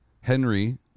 Henry